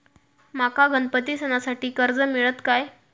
माका गणपती सणासाठी कर्ज मिळत काय?